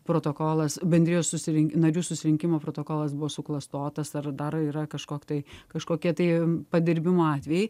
protokolas bendrijos susirink narių susirinkimo protokolas buvo suklastotas ar dar yra kažkoks tai kažkokie tai padirbimo atvejai